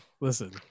listen